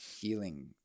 healing